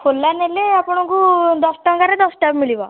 ଖୋଲା ନେଲେ ଆପଣଙ୍କୁ ଦଶ ଟଙ୍କାରେ ଦଶଟା ମିଳିବ